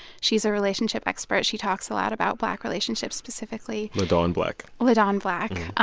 she's a relationship expert. she talks a lot about black relationships specifically ladawn black? ladawn black. ah